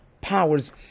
powers